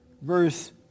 verse